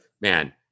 man